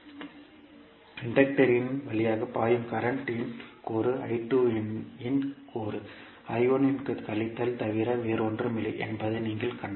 எனவே இன்டக்டர்யின் வழியாக பாயும் கரண்ட் இன் கூறு I2 இன் கூறு I1 இன் கழித்தல் தவிர வேறொன்றுமில்லை என்பதை நீங்கள் கண்டால்